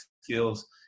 skills